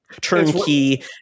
turnkey